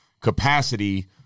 capacity